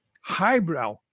highbrow